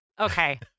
okay